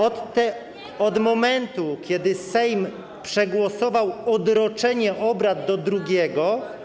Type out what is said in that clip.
Od momentu, kiedy Sejm przegłosował odroczenie obrad do drugiego.